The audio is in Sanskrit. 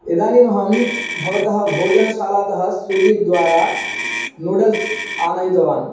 इदानीम् अहं भवतः भोजनशालातः स्विगी द्वारा नूडल्स् आनीतवान्